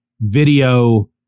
video